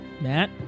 Matt